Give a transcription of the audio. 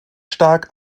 stark